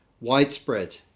widespread